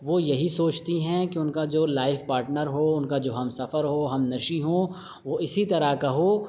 وہ یہی سوچتی ہیں کہ ان کا جو لائف پارٹنر ہو ان کا جو ہم سفر ہو ہم نشیں ہوں وہ اسی طرح کا ہو